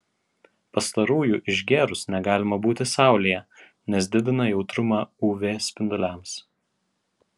pastarųjų išgėrus negalima būti saulėje nes didina jautrumą uv spinduliams